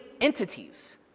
entities